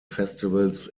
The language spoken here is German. festivals